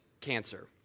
Cancer